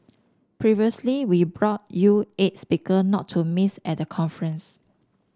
previously we brought you eight speaker not to miss at the conference